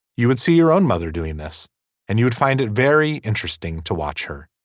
you would see your own mother doing this and you would find it very interesting to watch her.